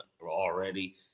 already